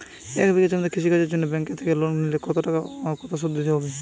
এক বিঘে জমিতে কৃষি কাজের জন্য ব্যাঙ্কের থেকে লোন নিলে কত টাকা পাবো ও কত শুধু দিতে হবে?